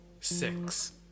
six